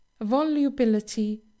volubility